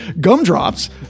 gumdrops